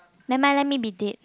never mind let me be dead